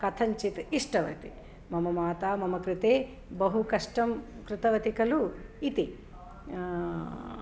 कथञ्चित् इष्टवति मम माता मम कृते बहु कष्टं कृतवति कलु इति